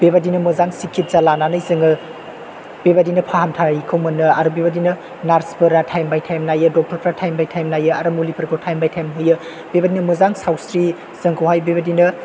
बेबायदिनो मोजां सिकित्सा लानानै जोङो बेबायदिनो फाहामथायखौ मोननो आरो बेबायदिनो नार्सफोरा टाइम बाय टाइम नायो डक्टरफ्रा टाइम बाय टाइम नायो आरो मुलिफोरखौ टाइम बाय टाइम हैयो बेबायदिनो मोजां सावस्रि जोंखौहाय बेबायदिनो